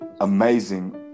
amazing